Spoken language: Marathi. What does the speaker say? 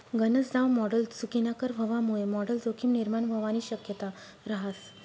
गनज दाव मॉडल चुकीनाकर व्हवामुये मॉडल जोखीम निर्माण व्हवानी शक्यता रहास